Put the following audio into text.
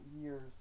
years